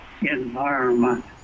environment